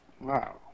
wow